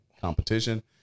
competition